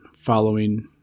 following